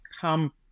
come